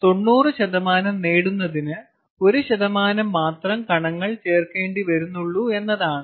90 നേടുന്നതിന് 1 മാത്രം കണങ്ങൾ ചേർക്കേണ്ടി വരുന്നുള്ളു എന്നതാണ്